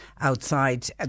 outside